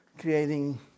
creating